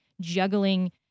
juggling